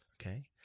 okay